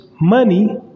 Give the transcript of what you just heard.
money